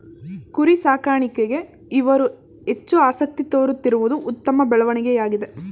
ಕುರಿ ಸಾಕಾಣಿಕೆಗೆ ಇವರು ಹೆಚ್ಚು ಆಸಕ್ತಿ ತೋರಿಸುತ್ತಿರುವುದು ಉತ್ತಮ ಬೆಳವಣಿಗೆಯಾಗಿದೆ